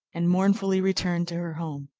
and mournfully returned to her home.